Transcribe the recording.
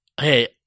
hey